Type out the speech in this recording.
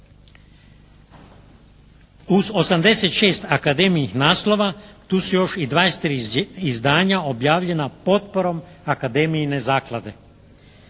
Uz 86 akademijinih naslova, tu su još i 23 izdanja objavljena potporom akademijine zaklade.